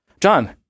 John